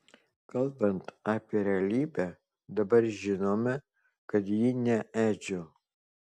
kalbant apie realybę dabar žinome kad ji ne edžio